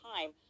time